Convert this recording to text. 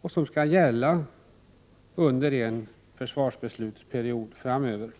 och som skall gälla under en försvarsbeslutsperiod framöver.